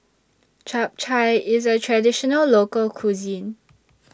Chap Chai IS A Traditional Local Cuisine